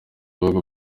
bihugu